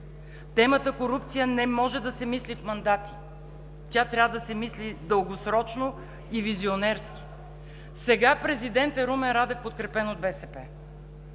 Темата „корупция“ не може да се мисли в мандати, тя трябва да се мисли дългосрочно и визионерски. Сега президентът Румен Радев е подкрепен от БСП,